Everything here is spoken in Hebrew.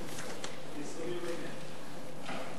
את הנושא בסדר-היום של הכנסת נתקבלה.